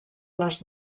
les